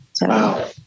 Wow